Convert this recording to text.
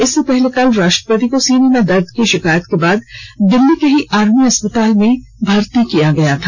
इससे पहले कल राष्ट्रपति को सीने में दर्द की शिकायत के बाद दिल्ली के ही आर्मी अस्पताल में भर्ती किया गया था